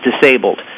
disabled